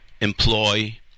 employ